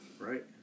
Right